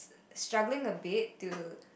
struggling a bit to